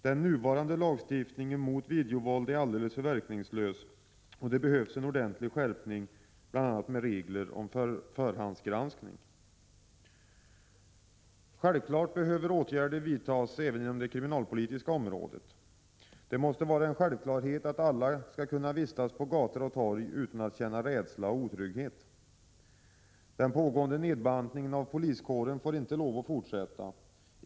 Den nuvarande lagstiftningen mot videovåld är alldeles för verkningslös. Det behövs en ordentlig skärpning med bl.a. regler om förhandsgranskning. Självfallet behöver åtgärder vidtas även på det kriminalpolitiska området. Det måste vara en självklarhet att alla skall kunna vistas på gator och torg utan att känna rädsla och otrygghet. Den pågående nedbantningen av poliskåren får därför inte lov att fortsätta.